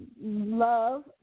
love